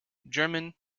german